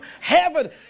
heaven